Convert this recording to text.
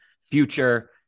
future